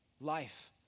life